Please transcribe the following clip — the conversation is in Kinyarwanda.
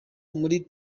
muri